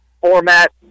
format